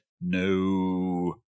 no